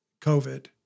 COVID